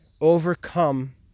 overcome